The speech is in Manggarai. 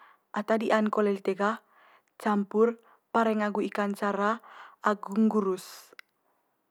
Ata di'an kole lite gah campur pareng agu ikan cara agu nggurus.